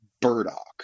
burdock